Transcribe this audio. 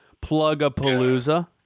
Plug-a-Palooza